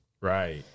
Right